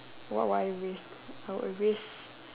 what would I risk I would risk